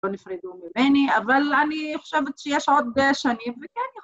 ‫לא נפרדו ממני, ‫אבל אני חושבת שיש עוד שנים וכן.